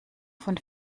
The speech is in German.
von